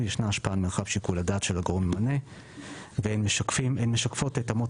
ישנה השפעה על מרחב שיקול הדעת של הגורם הממנה והן משקפות את אמות